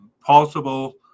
possible